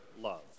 love